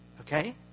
Okay